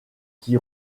qui